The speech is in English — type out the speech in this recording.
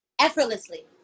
Effortlessly